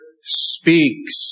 speaks